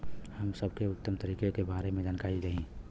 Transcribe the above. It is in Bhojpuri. हम सबके उत्तम तरीका के बारे में जानकारी देही?